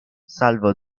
salvo